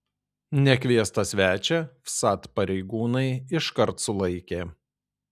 nekviestą svečią vsat pareigūnai iškart sulaikė